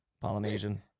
Polynesian